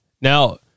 Now